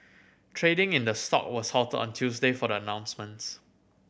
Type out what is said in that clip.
trading in the stock was halted on Tuesday for the announcements